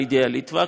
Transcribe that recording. לידיה ליטבק.